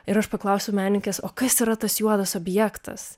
ir aš paklausiau menininkės o kas yra tas juodas objektas